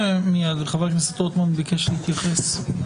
חבר הכנסת רוטמן ביקש להתייחס.